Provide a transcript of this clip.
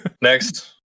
next